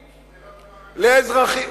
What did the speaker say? לאזרחים,